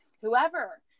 whoever